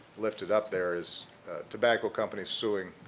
lifted up there is tobacco companies suing,